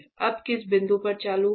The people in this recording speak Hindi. अब किस बिंदु पर चालू होगा